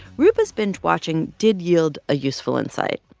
roopa's binge watching did yield a useful insight.